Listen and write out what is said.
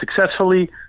successfully